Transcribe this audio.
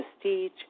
prestige